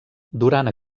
durant